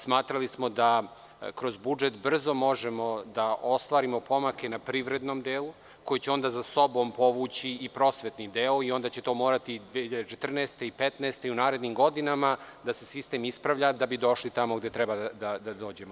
Smatrali smo da kroz budžet brzo možemo da ostvarimo pomake na privrednom delu, koji će onda za sobom povući i prosvetni deo i onda će morati 2014. i 2015. i u narednim godinama da se sistem ispravlja da bi došli tamo gde treba da dođemo.